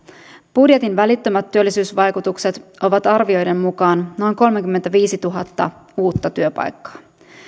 budjetin välittömät työllisyysvaikutukset ovat arvioiden mukaan noin kolmekymmentäviisituhatta uutta työpaikkaa